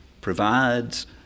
provides